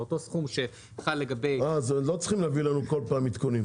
מאותו סכום שחל לגבי --- אז לא צריכים להביא לנו כל פעם עדכונים?